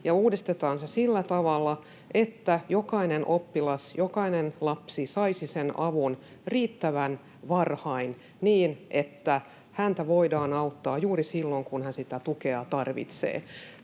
uudistetaan se sillä tavalla, että jokainen oppilas, jokainen lapsi saisi sen avun riittävän varhain niin, että häntä voidaan auttaa juuri silloin, kun hän sitä tukea tarvitsee.